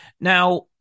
Now